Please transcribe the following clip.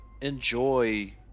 enjoy